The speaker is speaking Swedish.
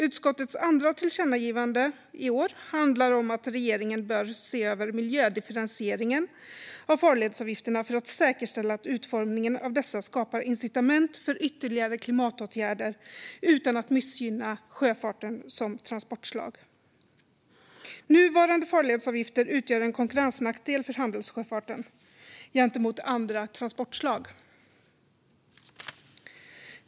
Utskottets andra tillkännagivande i år handlar om att regeringen bör se över miljödifferentieringen av farledsavgifterna för att säkerställa att utformningen av dessa skapar incitament för ytterligare klimatåtgärder utan att missgynna sjöfarten som transportslag. Nuvarande farledsavgifter utgör en konkurrensnackdel för handelssjöfarten gentemot andra transportslag.